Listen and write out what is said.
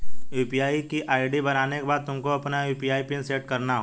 UPI की ID बनाने के बाद तुमको अपना यू.पी.आई पिन सैट करना होगा